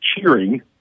cheering